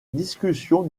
discussions